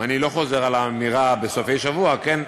אני לא חוזר על האמירה "ובסופי שבוע", כן?